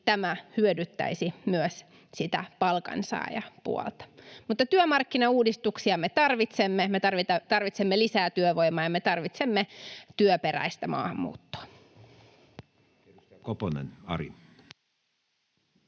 tämä hyödyttäisi myös sitä palkansaajapuolta. [Arto Pirttilahden välihuuto] Mutta työmarkkinauudistuksia me tarvitsemme, me tarvitsemme lisää työvoimaa ja me tarvitsemme työperäistä maahanmuuttoa. [Speech 412]